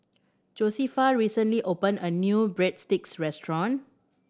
Josefa recently open a new Breadsticks restaurant